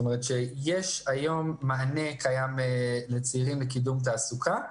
כלומר יש היום מענה לצעירים בקידום תעסוקה,